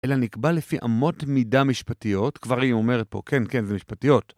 אלא נקבע לפי עמות מידה משפטיות, כבר היא אומרת פה כן, כן, זה משפטיות.